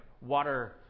water